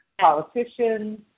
politicians